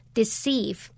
deceive